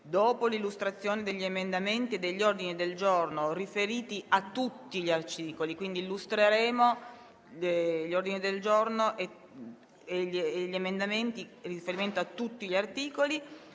l'illustrazione degli emendamenti e degli ordini del giorno riferiti a tutti gli articoli